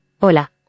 Hola